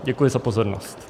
Děkuji za pozornost.